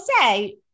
say